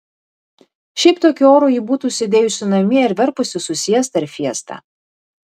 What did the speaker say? šiaip tokiu oru ji būtų sėdėjusi namie ir verpusi su siesta ir fiesta